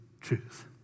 truth